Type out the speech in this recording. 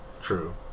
True